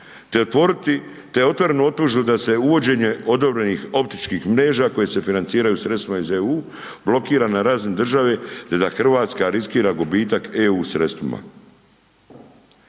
.../Govornik se ne razumije./... da se uvođenje odobrenih optičkih mreža koje se financiraju sredstvima iz EU, blokira na razini države te ta Hrvatska riskira gubitak EU sredstvima?